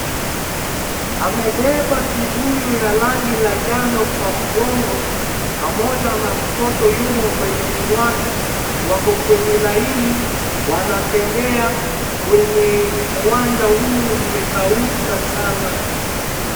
Amebeba kibuyu ya rangi ya njano kwa mgongo pamoja na mtoto yumo mbeleni mwake. Wake kwenye laini. Wanatembea kwenye uwanja huu mmekauka sana.